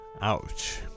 Ouch